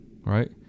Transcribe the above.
Right